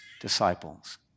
disciples